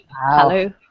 Hello